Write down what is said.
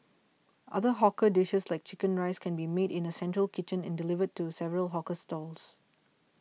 other hawker dishes like Chicken Rice can be made in a central kitchen and delivered to several hawker stalls